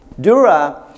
Dura